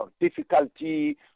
difficulty